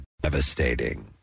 devastating